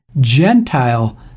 Gentile